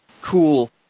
cool